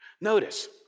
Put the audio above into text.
Notice